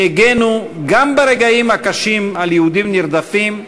שהגנו גם ברגעים הקשים על יהודים נרדפים,